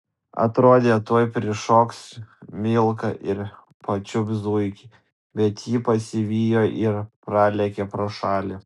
atrodė tuoj prišoks milka ir pačiups zuikį bet ji pasivijo ir pralėkė pro šalį